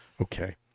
Okay